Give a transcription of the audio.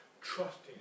trusting